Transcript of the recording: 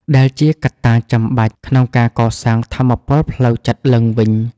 ដែលជាកត្តាចាំបាច់ក្នុងការកសាងថាមពលផ្លូវចិត្តឡើងវិញ។